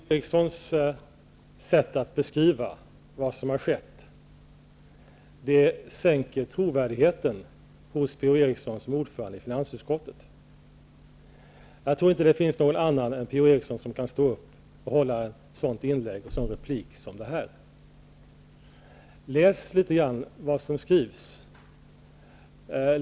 Herr talman! Per-Ola Erikssons sätt att beskriva vad som skett sänker trovärdigheten hos Per-Ola Eriksson som ordförande i finansutskottet. Jag tror inte det finns någon annan än Per-Ola Eriksson som kan hålla ett sådant inlägg som detta. Läs litet av vad som skrivs!